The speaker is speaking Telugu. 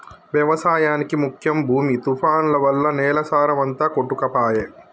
వ్యవసాయానికి ముఖ్యం భూమి తుఫాన్లు వల్ల నేల సారం అంత కొట్టుకపాయె